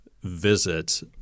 visit